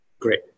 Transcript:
Great